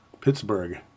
Pittsburgh